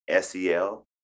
SEL